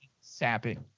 sappy